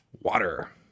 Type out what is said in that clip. water